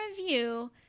review